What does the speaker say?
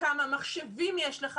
וכמה מחשבים יש לך?